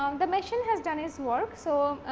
um the machine has done his work. so,